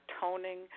toning